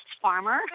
farmer